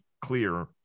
clear